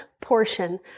portion